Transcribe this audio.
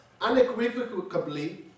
unequivocably